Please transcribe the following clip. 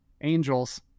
Angels